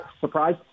surprise